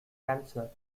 cancer